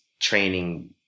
training